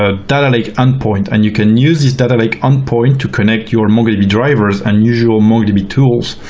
ah data lake endpoint and you can use this data lake endpoint to connect your mongodb drivers and use your mongodb tools.